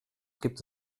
gibt